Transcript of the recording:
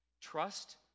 Trust